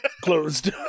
Closed